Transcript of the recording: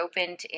opened